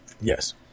Yes